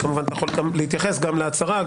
כמובן אתה יכול להתייחס גם להצהרה,